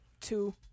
two